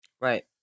Right